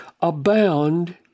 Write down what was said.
abound